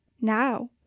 now